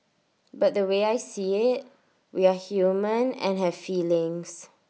but the way I see IT we are human and have feelings